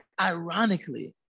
ironically